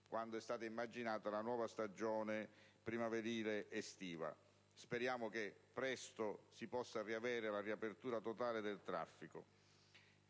quando è stata immaginata la nuova stagione primaverile ed estiva. Speriamo che si possa presto avere la riapertura totale del traffico.